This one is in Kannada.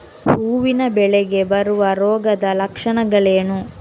ಹೂವಿನ ಬೆಳೆಗೆ ಬರುವ ರೋಗದ ಲಕ್ಷಣಗಳೇನು?